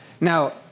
Now